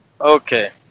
Okay